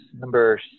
Number